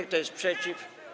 Kto jest przeciw?